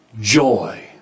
Joy